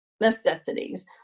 necessities